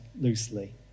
loosely